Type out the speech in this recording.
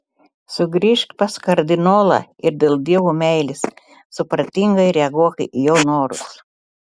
sugrįžk pas kardinolą ir dėl dievo meilės supratingai reaguok į jo norus